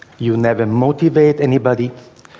you never motivate anybody,